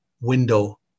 window